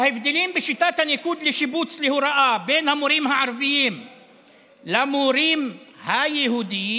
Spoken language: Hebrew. ההבדלים בשיטת הניקוד לשיבוץ להוראה בין המורים הערבים למורים היהודים,